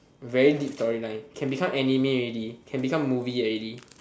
very deep storyline can become anime already can become movie already